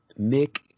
Mick